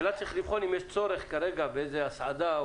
צריך לבחון אם יש צורך כרגע בהסעדה או